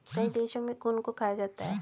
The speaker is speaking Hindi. कई देशों में घुन को खाया जाता है